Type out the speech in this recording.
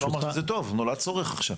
זה טוב, נולד צורך עכשיו.